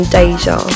Deja